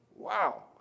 Wow